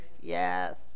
Yes